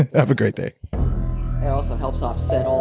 have a great day it also helps off so